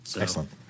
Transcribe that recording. Excellent